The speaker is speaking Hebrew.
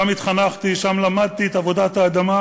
שם התחנכתי, שם למדתי את עבודת האדמה,